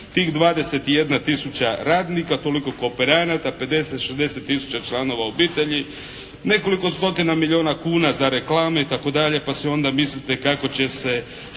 Tih 21 tisuća radnika, toliko kooperanata, 50, 60 tisuća članova obitelji, nekoliko stotina milijona kuna za reklame itd. pa svi onda mislite kako će se